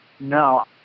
No